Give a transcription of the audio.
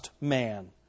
man